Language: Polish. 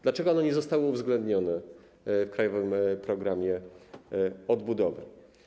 Dlaczego one nie zostały uwzględnione w krajowym programie odbudowy?